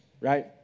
right